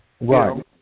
Right